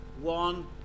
one